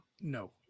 no